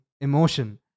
emotion